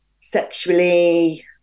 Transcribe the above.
sexually